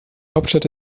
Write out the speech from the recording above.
hauptstadt